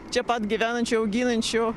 čia pat gyvenančių auginančių